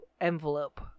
envelope